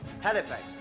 Halifax